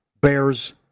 Bears